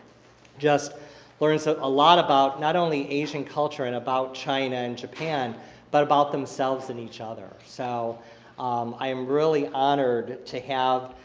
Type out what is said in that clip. just learned so a lot about, not only asian culture and about china and japan but about themselves and each other. so i am really honored to have